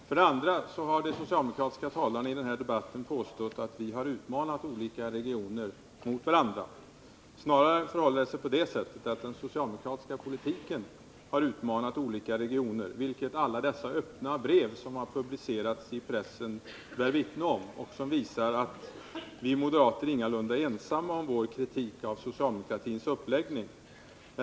För det andra har de socialdemokratiska talarna i den här debatten påstått att vi har utmanat olika regioner mot varandra. Snarare förhåller det sig på det sättet att den socialdemokratiska politiken har utmanat olika regioner, vilket alla dessa öppna brev som har publicerats i pressen bär vittne om. De visar också att vi moderater ingalunda är ensamma om vår kritik av socialdemokratins uppläggning.